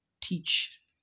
teach